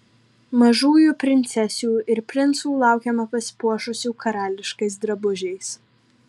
mažųjų princesių ir princų laukiame pasipuošusių karališkais drabužiais